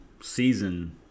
season